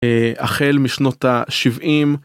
החל משנות ה-70.